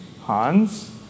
Hans